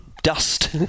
Dust